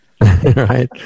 Right